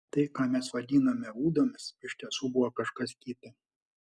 tai ką mes vadinome ūdomis iš tiesų buvo kažkas kita